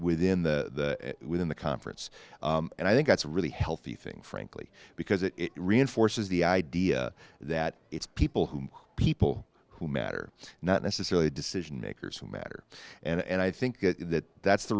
within the within the conference and i think that's a really healthy thing frankly because it reinforces the idea that it's people who people who matter not necessarily decision makers who matter and i think that that's the